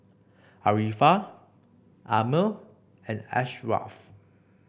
Arifa Ammir and Ashraff